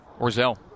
Orzel